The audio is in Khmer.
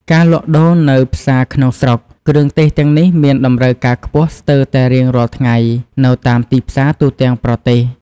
ការលក់ដូរនៅផ្សារក្នុងស្រុក គ្រឿងទេសទាំងនេះមានតម្រូវការខ្ពស់ស្ទើរតែរៀងរាល់ថ្ងៃនៅតាមទីផ្សារទូទាំងប្រទេស។